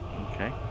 Okay